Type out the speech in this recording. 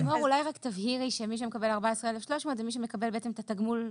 אולי רק תבהירי שמי שמקבל 14,300 ₪ זה מי שמקבל את תגמול הנצרך,